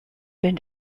been